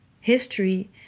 history